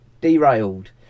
Derailed